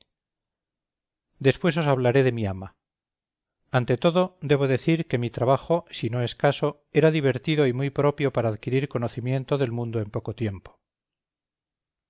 después os hablaré de mi ama ante todo debo decir que mi trabajo si no escaso era divertido y muy propio para adquirir conocimiento del mundo en poco tiempo